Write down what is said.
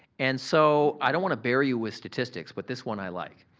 and so, i don't wanna bury you with statistics but this one i like.